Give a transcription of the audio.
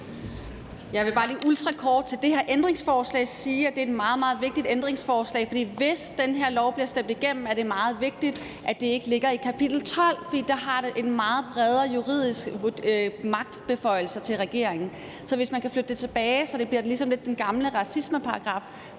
Jeg vil bare lige ultrakort til det her ændringsforslag sige, at det er et meget, meget vigtigt ændringsforslag, for hvis det her lovforslag bliver stemt igennem, er det meget vigtigt, at det ikke ligger i kapitel 12, for der giver det meget bredere juridiske magtbeføjelser til regeringen. Så hvis man kan flytte det tilbage, så det bliver lidt ligesom den gamle racismeparagraf,